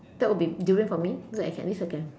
that would be durian for me so that I can at least I can